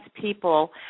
people